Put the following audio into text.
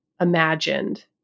imagined